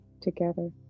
together